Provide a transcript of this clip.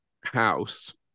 House